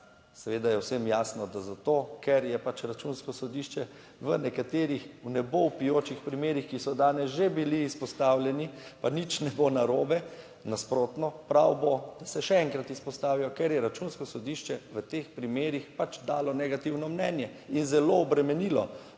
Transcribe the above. Seveda je vsem jasno, da zato, ker je pač Računsko sodišče v nekaterih v nebo vpijočih primerih, ki so danes že bili izpostavljeni, pa nič ne bo narobe, nasprotno, prav bo, da se še enkrat izpostavijo, ker je Računsko sodišče v teh primerih pač dalo negativno mnenje in zelo obremenilo